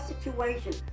situation